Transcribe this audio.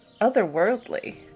otherworldly